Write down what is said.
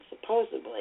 supposedly